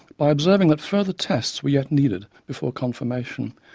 by observing that further tests were yet needed before confirmation,